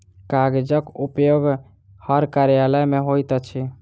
कागजक उपयोग हर कार्यालय मे होइत अछि